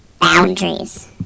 boundaries